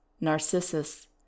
Narcissus